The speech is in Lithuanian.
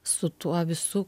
su tuo visu